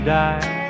die